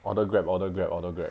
order Grab order Grab order Grab